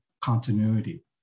continuity